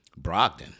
Brogdon